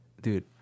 Dude